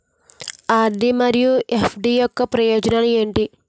RD మరియు FD యొక్క ప్రయోజనాలు ఏంటి?